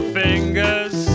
fingers